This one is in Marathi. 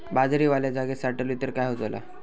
बाजरी वल्या जागेत साठवली तर काय होताला?